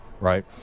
right